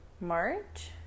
March